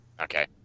Okay